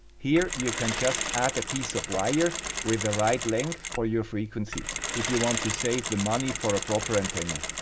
here, you can just add a piece of wire with the right length for your frequency, if you want to save the money for a proper antenna.